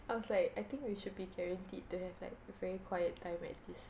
unfair I think we should be guaranteed to have like a very quiet time at this